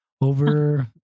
over